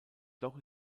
doch